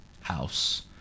house